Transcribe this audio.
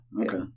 okay